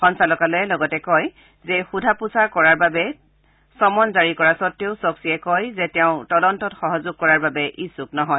সঞ্চালকালয়ে লগতে কয় যে সোধা পোছা কৰাৰ বাবে চমন কৰা স্বতেও চ ক্সীয়ে কয় যে তেওঁ তদন্তত সহযোগ কৰাৰ ইচ্ছ্যুক নহয়